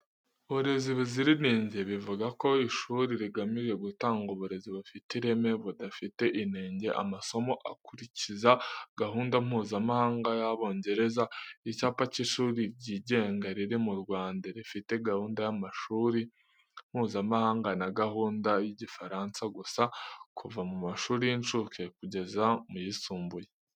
Uburezi buzira inenge, bivuga ko ishuri rigamije gutanga uburezi bufite ireme, budafite inenge amasomo akurikiza gahunda Mpuzamahanga y’Abongereza. Icyapa cy’ishuri ryigenga riri mu Rwanda, rifite gahunda y’amashuri Mpuzamahanga na gahunda y’Igifaransa gusa, kuva mu mashuri y’incuke kugeza mu yisumbuye.